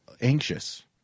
anxious